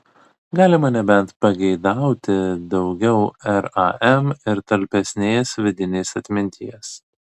galima nebent pageidauti daugiau ram ir talpesnės vidinės atminties